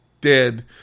dead